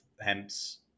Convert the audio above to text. hemp's